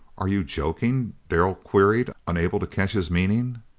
are you joking? darrell queried, unable to catch his meaning.